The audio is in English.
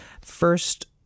First